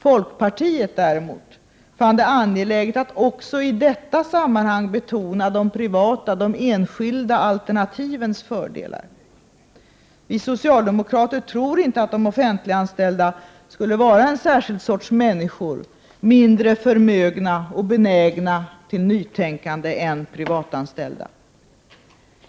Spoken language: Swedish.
Folkpartiet däremot fann det angeläget att också i detta sammanhang betona de privata, de enskilda, alternativens fördelar. Vi socialdemokrater tror inte att de offentliganställda skulle vara en särskild sorts människor, mindre förmögna och benägna till nytänkande än privatanställda.